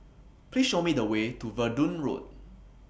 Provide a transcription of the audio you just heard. Please Show Me The Way to Verdun Road